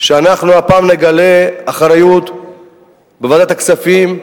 שאנחנו הפעם נגלה אחריות בוועדת הכספים.